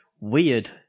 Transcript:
Weird